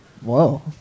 Whoa